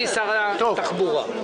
אני מצטרף לברכות.